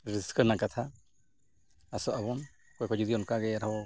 ᱨᱟᱹᱥᱠᱟᱹ ᱨᱮᱱᱟᱜ ᱠᱟᱛᱷᱟ ᱟᱥᱚᱜ ᱟᱵᱚᱱ ᱚᱠᱚᱭ ᱡᱩᱫᱤ ᱚᱱᱠᱟᱜᱮ ᱟᱨᱦᱚᱸ